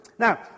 Now